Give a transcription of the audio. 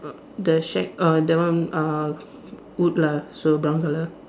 the shack uh that one uh wood lah so brown colour